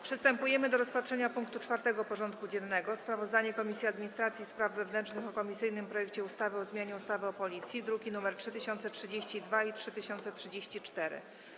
Przystępujemy do rozpatrzenia punktu 4. porządku dziennego: Sprawozdanie Komisji Administracji i Spraw Wewnętrznych o komisyjnym projekcie ustawy o zmianie ustawy o Policji (druki nr 3032 i 3034)